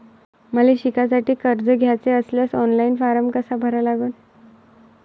मले शिकासाठी कर्ज घ्याचे असल्यास ऑनलाईन फारम कसा भरा लागन?